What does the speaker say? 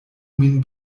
min